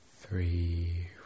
three